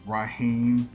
Raheem